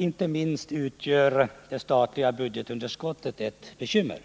Inte minst utgör det statliga budgetunderskottet ett bekymmer,